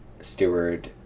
steward